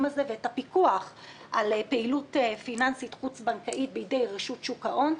הזה ואת הפיקוח על פעילות פיננסית חוץ-בנקאית בידי רשות שוק ההון,